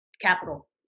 capital